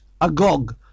Agog